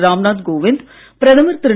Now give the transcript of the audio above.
ராம்நாத் கோவிந்த் பிரதமர் திரு